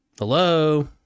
hello